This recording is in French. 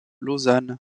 lausanne